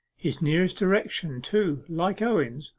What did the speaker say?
his nearest direction, too, like owen's,